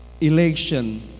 election